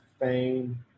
fame